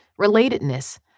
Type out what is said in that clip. relatedness